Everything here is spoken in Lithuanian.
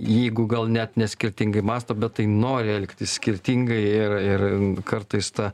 jeigu gal net ne skirtingai mąsto bet tai nori elgtis skirtingai ir ir kartais ta